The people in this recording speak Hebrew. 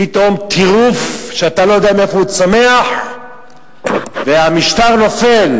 פתאום טירוף שאתה לא יודע מאיפה הוא צומח והמשטר נופל,